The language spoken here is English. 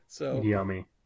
Yummy